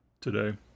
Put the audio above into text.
today